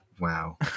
wow